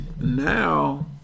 Now